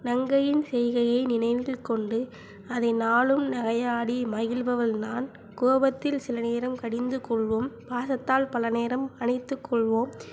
நங்கையின் செய்கையை நினைவில் கொண்டு அதை நாளும் நகையாடி மகிழ்பவள் நான் கோபத்தில் சில நேரம் கடிந்து கொள்வோம் பாசத்தால் பல நேரம் அணைத்துக் கொள்வோம்